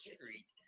Street